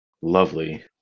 Lovely